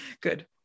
good